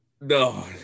No